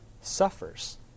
suffers